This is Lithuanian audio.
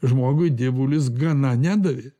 žmogui dievulis gana nedavė